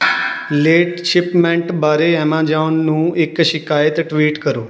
late shipment ਬਾਰੇ Amazon ਨੂੰ ਇੱਕ ਸ਼ਿਕਾਇਤ ਟਵੀਟ ਕਰੋ